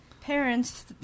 parents